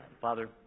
father